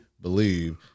believe